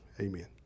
Amen